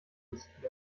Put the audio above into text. riskieren